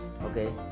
okay